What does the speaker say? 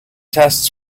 tests